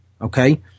okay